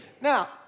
Now